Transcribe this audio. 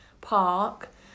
park